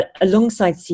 alongside